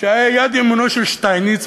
שהיה יד ימינו של שטייניץ,